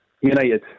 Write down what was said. United